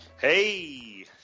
hey